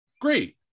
great